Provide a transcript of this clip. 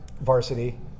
varsity